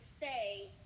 say